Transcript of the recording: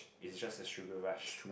it's just the sugar rush